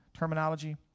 Terminology